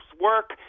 work